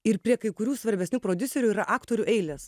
ir prie kai kurių svarbesnių prodiuserių yra aktorių eilės